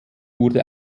wurde